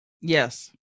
Yes